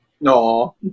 No